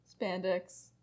spandex